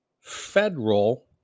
federal